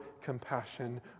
compassion